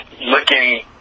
looking